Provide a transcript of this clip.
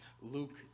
Luke